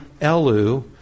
Elu